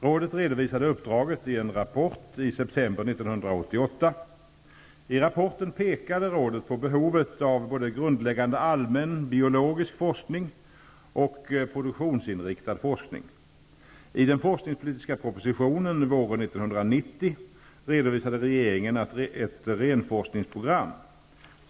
Rådet redovisade uppdraget i en rapport i september 1988. I rapporten pekade rådet på behov av både grundläggande allmän biologisk forskning och produktionsinriktad forskning.